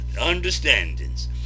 understandings